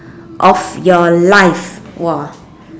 of your life !wah!